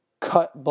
cut